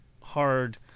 hard